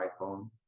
iPhone